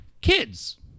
kids